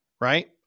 Right